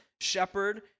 shepherd